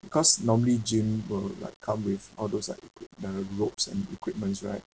because normally gym will like come with all those like equip the ropes and equipments right